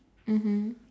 mmhmm